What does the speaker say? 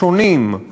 השונים,